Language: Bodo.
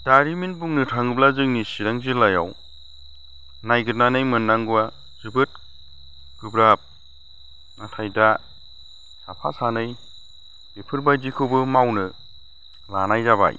जारिमिन बुंनो थाङोब्ला जोंनि चिरां जिल्लायाव नायगिरनानै मोननांगौआ जोबोद गोब्राब नाथाय दा साफा सानै बेफोरबादिखौबो मावनो लानाय जाबाय